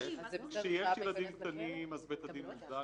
כשיש ילדים קטנים אז בית הדין מודע לכך,